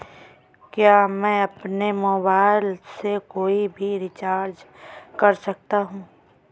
क्या मैं अपने मोबाइल से कोई भी रिचार्ज कर सकता हूँ?